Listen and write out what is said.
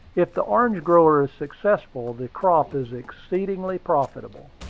if the orange grower is successful, the crop is exceedingly profitable.